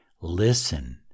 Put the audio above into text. listen